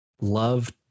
love